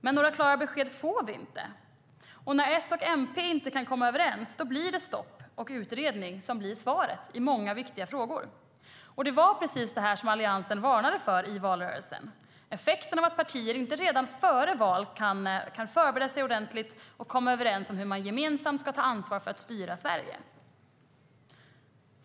Några klara besked får vi dock inte, och när S och MP inte kan komma överens blir stopp och utredning svaret i många viktiga frågor. Det var precis det Alliansen varnade för i valrörelsen, nämligen effekten av att partier inte redan före val kan förbereda sig ordentligt och komma överens om hur man gemensamt ska ta ansvar för att styra Sverige.